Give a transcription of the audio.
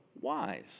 wise